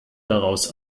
daraus